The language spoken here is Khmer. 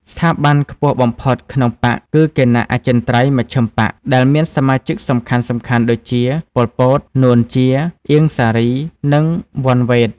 ស្ថាប័នខ្ពស់បំផុតក្នុងបក្សគឺ «គណៈអចិន្ត្រៃយ៍មជ្ឈិមបក្ស» ដែលមានសមាជិកសំខាន់ៗដូចជា ប៉ុល ពត, នួន ជា, អៀង សារី និង វន់ វ៉េត។